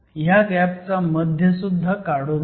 ह्या गॅपचा मध्य सुद्धा काढून घ्या